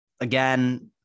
Again